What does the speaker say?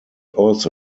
also